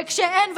וכשאין ודאות,